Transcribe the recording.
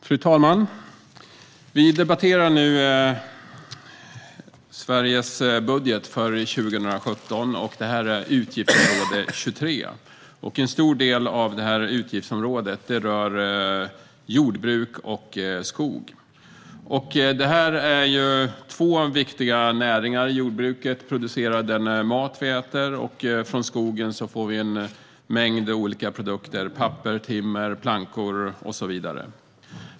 Fru talman! Vi debatterar Sveriges budget för 2017, och detta gäller utgiftsområde 23. En stor del av utgiftsområdet rör jordbruk och skog, vilket är två viktiga näringar. Jordbruket producerar den mat vi äter, och från skogen får vi en mängd olika produkter - papper, timmer, plankor och så vidare.